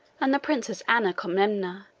and the princess anna comnena,